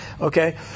okay